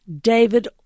David